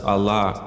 Allah